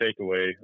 takeaway